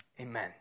Amen